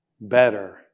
better